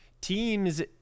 Teams